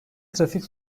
trafik